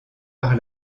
par